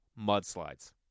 mudslides